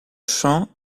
chants